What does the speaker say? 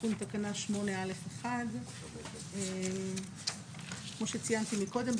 תיקון תקנה 8א1. כמו שציינתי קודם,